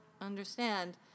understand